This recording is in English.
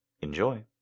Enjoy